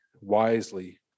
wisely